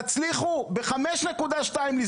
תצליחו לסגור ב-5.2,